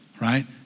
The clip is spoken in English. right